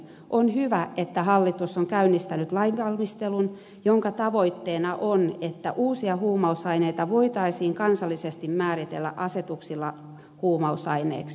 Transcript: on hyvä että hallitus on käynnistänyt lainvalmistelun jonka tavoitteena on että uusia huumausaineita voitaisiin kansallisesti määritellä asetuksilla huumausaineiksi